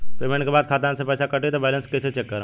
Payment के बाद खाता मे से पैसा कटी त बैलेंस कैसे चेक करेम?